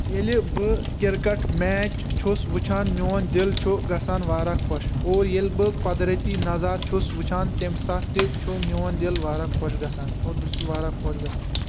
ییٚلہِ بہٕ cricket match چھُس وٕچھان میون دِل چھُ گژھان واریاہ خۄش اور ییٚلہٕ بہٕ قۄدرٔتی نظارٕ چھُس وٕچھان تٔمہِ ساتہٕ تہِ چھُ میون دِل واریاہ خۄش گژھان اور بہٕ چھُس واریاہ خۄش گژھان